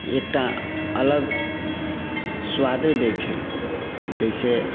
एकटा अलग स्वादे दै छै जाहिसँ